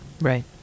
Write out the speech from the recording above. Right